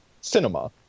cinema